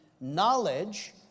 knowledge